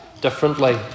Differently